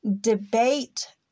debate